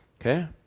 Okay